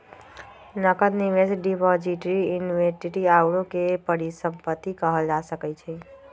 नकद, निवेश, depository, inventory आउरो के परिसंपत्ति कहल जा सकइ छइ